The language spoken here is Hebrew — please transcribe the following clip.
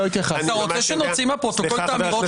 אתה רוצה שנוציא מהפרוטוקול את האמירות